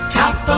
top